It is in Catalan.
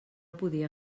podia